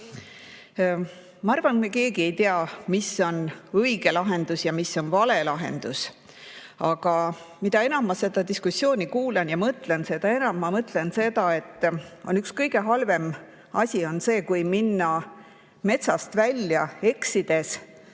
Ma arvan, et me keegi ei tea, mis on õige lahendus ja mis on vale lahendus. Aga mida enam ma seda diskussiooni kuulan ja selle peale mõtlen, seda enam ma mõtlen seda, et üks kõige halvem asi on see, kui eksinud olles